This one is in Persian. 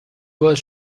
باعث